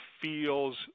feels